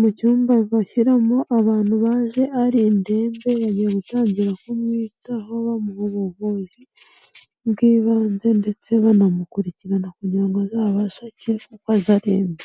mu cyumba bashyiramo abantu baje ari indembe, bagiye gutangira kumwitaho bamuha ubuvuzi bw'ibanze ndetse banamukurikirana kugira ngo azabasheke gukira kuko aza arembye.